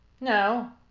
No